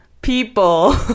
people